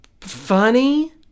funny